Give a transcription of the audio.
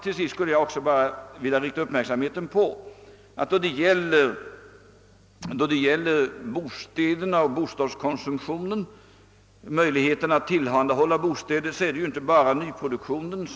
Slutligen vill jag bara rikta uppmärksamheten på att möjligheterna att tillhandahålla bostäder inte bara beror på nyproduktionen.